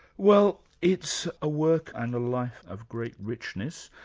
well, it's a work and a life of great richness.